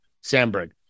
Sandberg